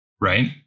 right